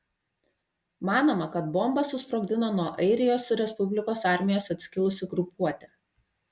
manoma kad bombą susprogdino nuo airijos respublikos armijos atskilusi grupuotė